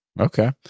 Okay